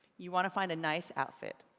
you want to find a nice outfit.